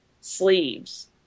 sleeves